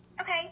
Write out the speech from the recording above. Okay